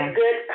good